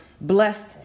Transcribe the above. blessed